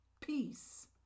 peace